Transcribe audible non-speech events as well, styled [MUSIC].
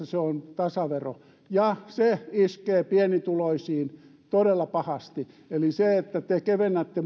[UNINTELLIGIBLE] se on tasavero ja se iskee pienituloisiin todella pahasti eli se että te te